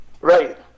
Right